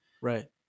Right